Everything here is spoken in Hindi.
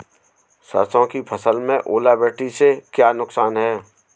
सरसों की फसल में ओलावृष्टि से क्या नुकसान है?